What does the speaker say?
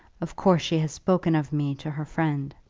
of course she has spoken of me to her friend.